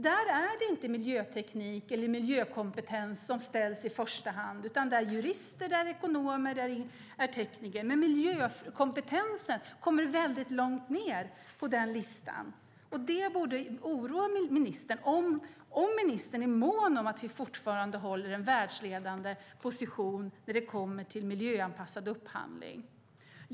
Där efterfrågas i första hand jurister, ekonomer och tekniker, men miljökompetensen hamnar väldigt långt ned på listan. Det borde oroa ministern om han är mån om att vi ska fortsätta ha en världsledande position när det kommer till miljöanpassad upphandling.